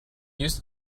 used